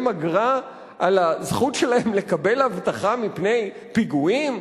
אגרה על הזכות שלהם לקבל אבטחה מפני פיגועים?